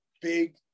big